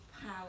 power